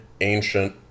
ancient